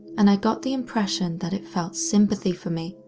and i got the impression that it felt sympathy for me.